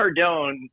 Cardone